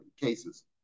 cases